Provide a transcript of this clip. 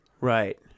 Right